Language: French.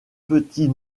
petit